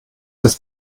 des